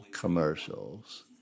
commercials